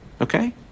Okay